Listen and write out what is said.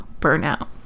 burnout